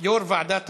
יו"ר ועדת העבודה,